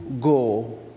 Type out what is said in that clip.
go